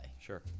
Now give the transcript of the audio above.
Sure